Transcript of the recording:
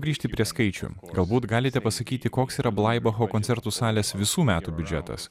grįžti prie skaičių galbūt galite pasakyti koks yra blaibacho koncertų salės visų metų biudžetas